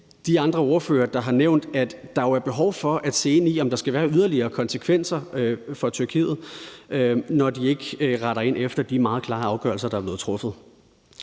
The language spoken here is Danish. de andre ordførere, der har nævnt, at der jo er behov for at se ind i, om der skal være yderligere konsekvenser for Tyrkiet, når de ikke retter ind efter de meget klare afgørelser, der er blevet truffet.